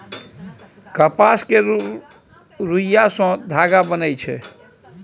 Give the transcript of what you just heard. कपास केर रूइया सँ धागा बनइ छै